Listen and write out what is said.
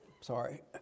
Sorry